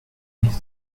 ils